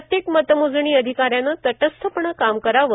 प्रत्येक मतमोजणी अधिकाऱ्याने तटस्थपणे काम करावे